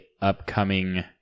upcoming